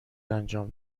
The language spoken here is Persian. انجام